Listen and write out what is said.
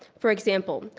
for example,